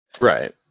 Right